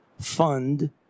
fund